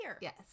yes